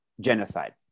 Genocide